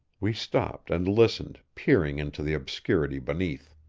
we stopped and listened, peering into the obscurity beneath.